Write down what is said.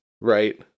Right